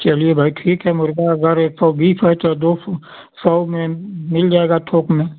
चलिए भाई ठीक है मुर्ग़ा अगर एक सौ बीस है तो दो सौ सौ में मिल जाएग थोक में